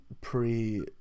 pre